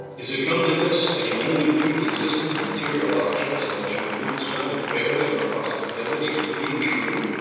is it come to this that you only believe the existence of material objects and that your belief is founded barely on the possibility of its being true?